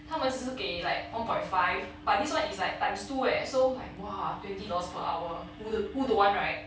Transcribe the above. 他们只是给 like one point five but this one is like times two leh so like !wah! twenty dollars per hour who don't who don't want right